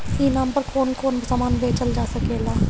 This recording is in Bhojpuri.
ई नाम पर कौन कौन समान बेचल जा सकेला?